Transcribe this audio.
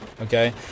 okay